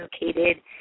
located